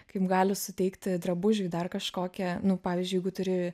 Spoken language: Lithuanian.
kaip gali suteikti drabužiui dar kažkokią nu pavyzdžiui jeigu turi